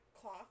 cloth